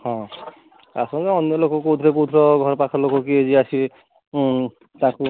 ହଁ ଆସନ୍ତୁ ଅନ୍ୟଲୋକ କହୁଥିଲ କହୁଥିଲ ଘରପାଖ ଲୋକ କିଏ ଯେ ଆସିବେ ତାକୁ